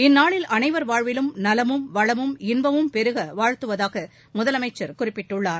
இந்நாளில் அனைவர் வாழ்விலும் நலமும் வளமும் இன்பமும் பெருக வாழ்த்துவதாக முதலமைச்சர் குறிப்பிட்டுள்ளார்